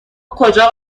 کجا